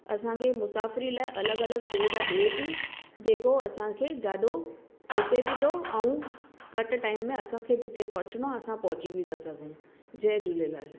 असांखे मुसाफ़िरीअ लाइ अलॻि अलॻि सुविधा ॾे थी जेको असांखे ॾाढो पुसे बि थो ऐं घटि टाइम में असांखे जिते पहुचणो आहे असां पहुची बि था सघूं